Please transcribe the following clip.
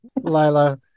Lila